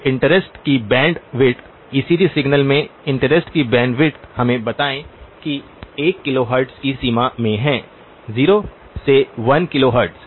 तो इंटरेस्ट की bandwidth ECG signal में इंटरेस्ट की बैंडविड्थ हमें बताएं कि 1 किलोहर्ट्ज़ की सीमा में है 0 से 1 किलोहर्ट्ज़